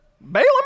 Balaam